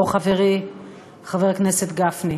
או חברי חבר הכנסת גפני.